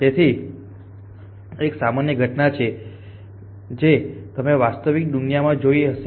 તેથી આ એક સામાન્ય ઘટના છે જે તમે વાસ્તવિક દુનિયા માં જોઇ હશે